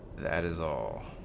that is all